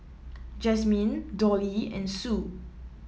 Jazmine Dolly and Sue